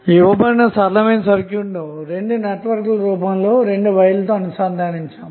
ఇవ్వబడిన సరళమైన సర్క్యూట్ ను 2 నెట్వర్క్ల రూపంలో 2 వైర్లతో అనుసంధానిస్తాము